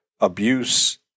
abuse